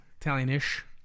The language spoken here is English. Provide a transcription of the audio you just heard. Italian-ish